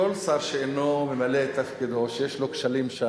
כל שר שאינו ממלא את תפקידו, שיש לו שם כשלים,